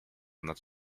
nad